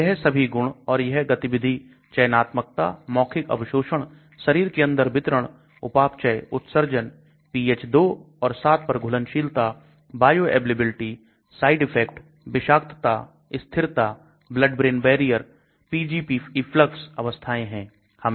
तो यह सभी गुण और यह गतिविधि चयनात्मकता मौखिक अवशोषण शरीर के अंदर वितरण उपापचय उत्सर्जन pH 2 और 7 पर घुलनशीलता बायोअवेलेबिलिटी साइड इफेक्ट विषाक्तता स्थिरता blood brain barrier Pgp efflux अवस्थाएं है